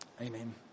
Amen